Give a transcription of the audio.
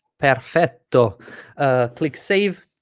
perfecto ah click save